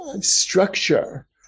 structure